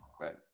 Right